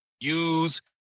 Use